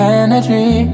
energy